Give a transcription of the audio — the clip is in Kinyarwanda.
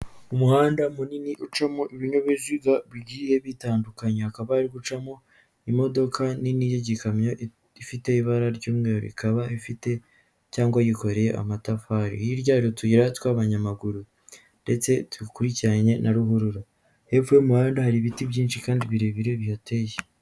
Umuhanda munini ucamo ibinyabiziga bigiye bitandukanye, hakaba hari gucamo imodoka nini y'igikamyo ifite ibara ry'umweru, ikaba ifite cyangwa yikoreye amatafari, hirya hari utuyira tw'abanyamaguru ndetse dukurikiranye na ruhurura, hepfo y'umuhanda hari ibiti byinshi kandi birebire bihateye.